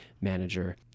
manager